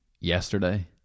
yesterday